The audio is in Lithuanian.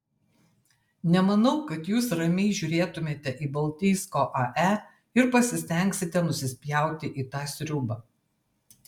nemanau kad jūs ramiai žiūrėtumėte į baltijsko ae ir pasistengsite nusispjauti į tą sriubą